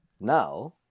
Now